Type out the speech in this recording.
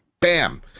bam